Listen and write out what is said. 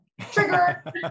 trigger